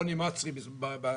רוני מהצרי.